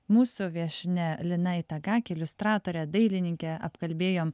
mūsų viešnia lina itagaki iliustratore dailininke apkalbėjom